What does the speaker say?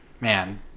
man